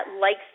likes